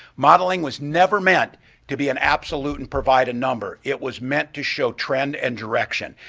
modeling was never meant to be an absolute and provide a number. it was meant to show trend and direction.